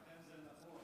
חבר הכנסת אבי מעוז.